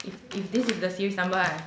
if if this is the series number lah